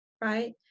right